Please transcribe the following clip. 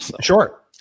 Sure